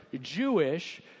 Jewish